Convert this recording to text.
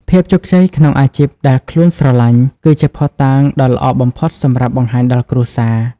ភាពជោគជ័យក្នុងអាជីពដែលខ្លួនស្រលាញ់ គឺជាភស្តុតាងដ៏ល្អបំផុតសម្រាប់បង្ហាញដល់គ្រួសារ។